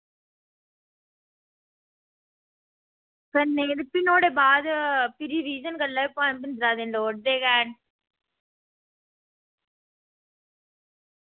करने ई फ्ही नुहाड़े बाद रीविज़न करने गल्ला बी पंदरां दिन लोड़दे गै न